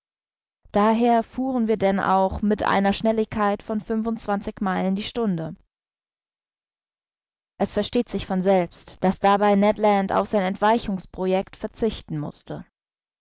daher fuhren wir denn auch mit einer schnelligkeit von fünfundzwanzig meilen die stunde es versteht sich von selbst daß dabei ned land auf sein entweichungsproject verzichten mußte